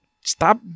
Stop